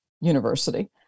university